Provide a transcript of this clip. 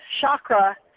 chakra